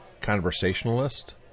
conversationalist